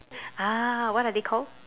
ah what are they called